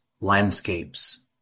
landscapes